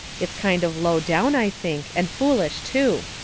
it's kind of low down, i think, and foolish too.